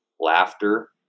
laughter